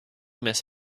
miss